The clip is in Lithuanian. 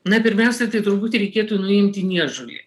na pirmiausia tai turbūt reikėtų nuimti niežulį